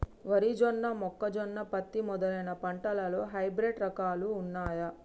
వరి జొన్న మొక్కజొన్న పత్తి మొదలైన పంటలలో హైబ్రిడ్ రకాలు ఉన్నయా?